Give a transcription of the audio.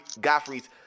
Godfrey's